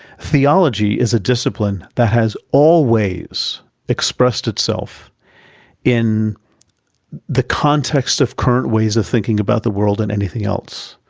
theology is a discipline that has always expressed itself in the contexts of current ways of thinking about the world and anything else.